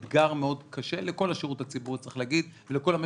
זה אתגר מאוד קשה לכל השירות הציבורי צריך להגיד,